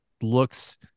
looks